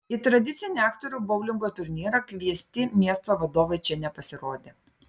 į tradicinį aktorių boulingo turnyrą kviesti miesto vadovai čia nepasirodė